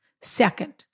Second